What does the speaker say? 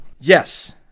Yes